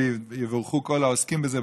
ויבורכו כל העוסקים בזה,